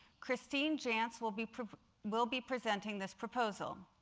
christine jantz will be will be presenting this proposal.